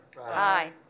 Aye